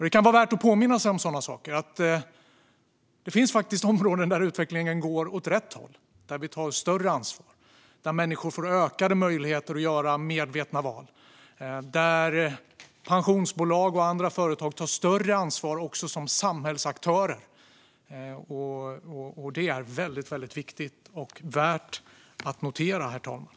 Det kan vara värt att påminna om sådana saker. Det finns faktiskt områden där utvecklingen går åt rätt håll och där vi tar större ansvar, där människor får ökade möjligheter att göra medvetna val och där pensionsbolag och andra företag tar större ansvar också som samhällsaktörer. Det är väldigt viktigt och värt att notera, herr talman.